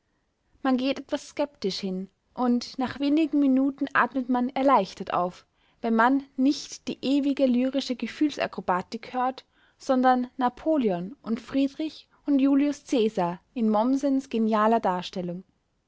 man geht etwas skeptisch hin und nach wenigen minuten atmet man erleichtert auf wenn man nicht die ewige lyrische gefühlsakrobatik hört sondern napoleon und friedrich und julius cäsar in mommsens genialer darstellung